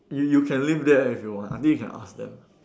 you you can live there if you want I mean you can ask them